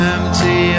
Empty